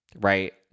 right